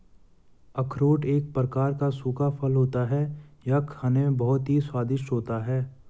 अखरोट एक प्रकार का सूखा फल होता है यह खाने में बहुत ही स्वादिष्ट होता है